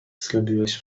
zrobiłeś